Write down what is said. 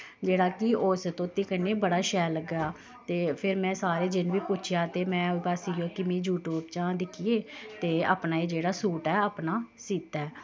जेह्ड़ा कि उस धोती कन्नै बड़ा शैल लग्गेआ ते फिर में सारे जि'न्न बी पुच्छेआ ते में ओह् बस इ'यो कि में यूटयूब चा दिक्खियै ते अपना एह् जेह्ड़ा सूट ऐ अपना सीत्ता ऐ